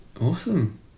Awesome